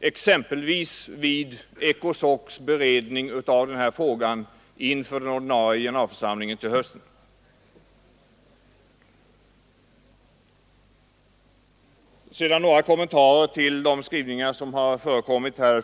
exempelvis vid ECOSOC:s beredning av denna fråga i sommar inför den ordinarie generalförsamlingen till hösten. Sedan vill jag göra några kommentarer till de skrivningar som har förekommit här.